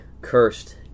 cursed